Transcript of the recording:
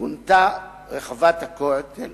פונתה רחבת הכותל